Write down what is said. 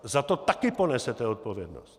Za to taky ponesete odpovědnost.